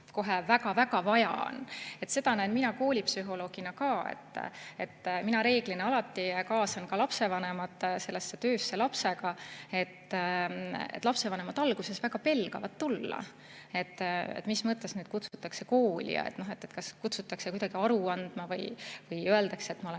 just väga-väga vaja on? Seda näen mina koolipsühholoogina ka, mina reeglina alati kaasan lapsevanemad sellesse töösse lapsega. Lapsevanemad alguses väga pelgavad tulla, et mis mõttes kutsutakse kooli, kas kutsutakse kuidagi aru andma või öeldakse, et ta on